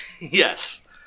Yes